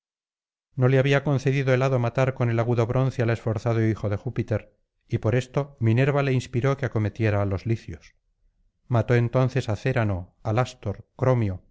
no le había concedido el hado matar con el agudo bronce al esforzado hijo de júpiter y por esto miner'a le inspiró que acometiera á los licios mató entonces á cérano alástor cromio